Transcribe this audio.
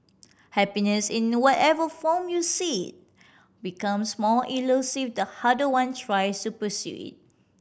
happiness in whatever form you see becomes more elusive the harder one tries to pursue it